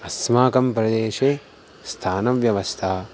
अस्माकं प्रदेशे स्थानव्यवस्था